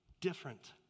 different